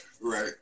Right